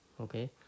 Okay